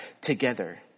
together